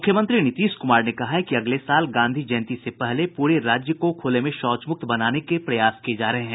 मुख्यमंत्री नीतीश कुमार ने कहा है कि अगले साल गांधी जयंती से पहले पूरे राज्य को खुले से शौच मुक्त बनाने के प्रयास किए जा रहे हैं